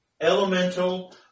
elemental